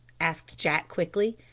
asked jack quickly.